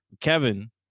Kevin